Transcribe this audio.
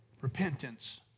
repentance